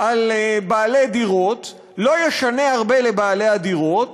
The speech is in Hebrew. על בעלי דירות לא ישנה הרבה לבעלי הדירות,